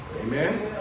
Amen